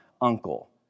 uncle